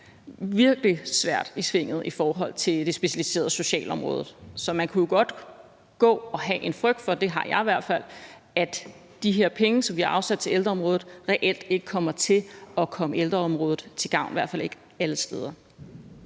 virkelig har det svært i forhold til det specialiserede socialområde. Så man kunne godt gå og have en frygt for – det har jeg i hvert fald – at de her penge, som vi har afsat til ældreområdet, reelt ikke kommer til at komme ældreområdet til gavn, i hvert fald ikke alle steder.